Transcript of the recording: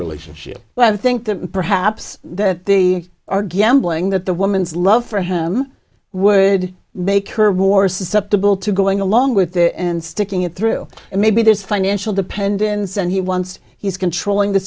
relationship but i think that perhaps that they are gambling that the woman's love for him would make her more susceptible to going along with it and sticking it through and maybe there's financial dependence and he once he's controlling the